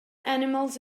animals